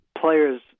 players